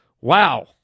Wow